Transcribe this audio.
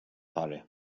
harry